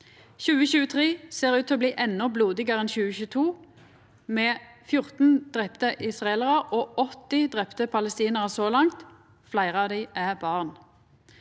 2023 ser ut til bli endå blodigare enn 2022, med 14 drepne israelarar og 80 drepne palestinarar så langt. Fleire av dei er barn.